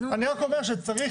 אני רק אומר שצריך,